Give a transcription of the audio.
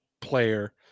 player